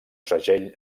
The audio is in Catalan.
segell